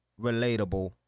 relatable